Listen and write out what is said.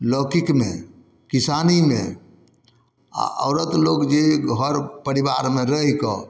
लौकिकमे किसानीमे आओर औरत लोक जे घर परिवारमे रहिकऽ